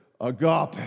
Agape